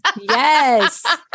Yes